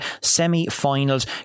semi-finals